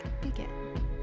begin